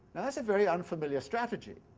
now that's a very unfamiliar strategy.